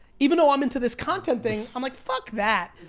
even though i'm into this content thing, i'm like fuck that.